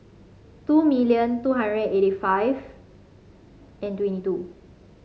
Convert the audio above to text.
two million two hundred eighty five and twenty two